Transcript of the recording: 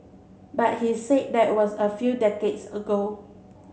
but he said that was a few decades ago